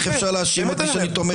איך אפשר להאשים אותי שאני תומך בטרור?